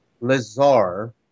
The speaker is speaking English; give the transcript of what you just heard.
Lazar